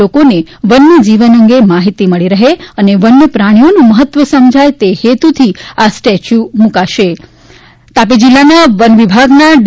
લોકોને વન્ય જીવન અંગે માહિતી મળી રહે અને વન્ય પ્રાણીઓનું મહત્વ સમજાય તે હેતુથી આ સ્ટેચ્યુ બનાવાશે તાપી જિલ્લાના વનવિભાગના ડી